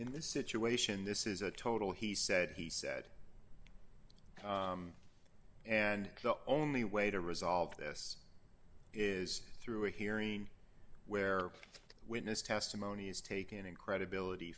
in this situation this is a total he said he said and the only way to resolve this is through a hearing where the witness testimony is taken incredibility